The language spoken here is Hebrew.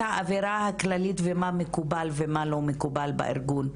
האווירה הכללית ומה מקובל ומה לא מקובל בארגון,